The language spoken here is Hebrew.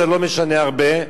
זה לא משנה הרבה,